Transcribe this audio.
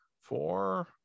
four